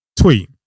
Tweet